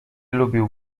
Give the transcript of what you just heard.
lubił